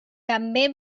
també